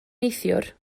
neithiwr